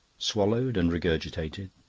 swallowed and regurgitated,